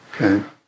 Okay